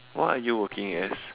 what are you working as